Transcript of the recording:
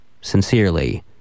Sincerely